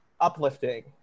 uplifting